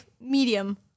medium